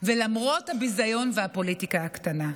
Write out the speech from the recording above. ולמרות הביזיון והפוליטיקה הקטנה.